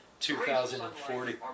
2040